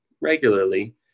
regularly